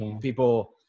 people